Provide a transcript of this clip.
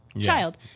child